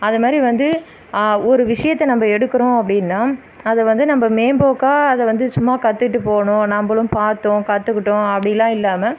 அதை மாதிரி வந்து ஒரு விஷயத்த நம்ப எடுக்குறோம் அப்படின்னா அதை வந்து நம்ப மேம்போக்காக அதை வந்து சும்மா கற்றுட்டு போகணும் நம்பளும் பார்த்தோம் கற்றுக்கிட்டோம் அப்படிலாம் இல்லாமல்